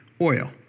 oil